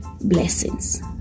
blessings